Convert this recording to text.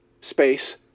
space